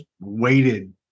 waited